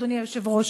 אדוני היושב-ראש,